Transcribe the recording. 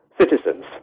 citizens